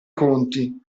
conti